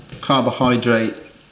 carbohydrate